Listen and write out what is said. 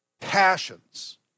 passions